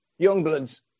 Youngblood's